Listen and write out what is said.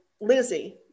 Lizzie